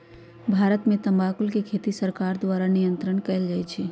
भारत में तमाकुल के खेती सरकार द्वारा नियन्त्रण कएल जाइ छइ